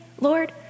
Lord